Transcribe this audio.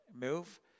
move